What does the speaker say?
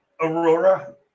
Aurora